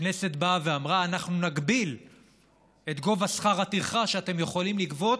הכנסת באה ואמרה: אנחנו נגביל את גובה שכר הטרחה שאתם יכולים לגבות,